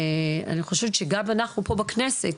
אני חושבת שגם אנחנו פה בכנסת,